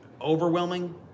overwhelming